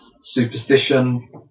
superstition